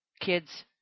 Kids